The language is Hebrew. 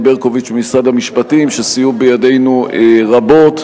ברקוביץ ממשרד המשפטים שסייעו בידנו רבות,